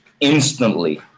instantly